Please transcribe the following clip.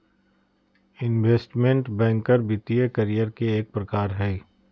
investment banker वित्तीय career के एक प्रकार हय